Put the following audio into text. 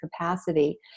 capacity